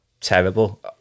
terrible